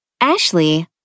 Ashley